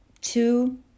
two